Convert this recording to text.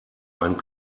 einen